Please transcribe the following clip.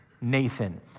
Nathan